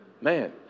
Man